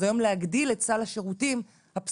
אז היום להגדיל את סל השירותים הפסיכולוגיים